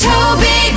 Toby